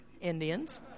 Indians